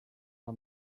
our